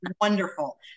wonderful